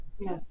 Yes